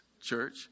Church